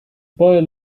boy